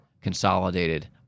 consolidated